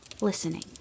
listening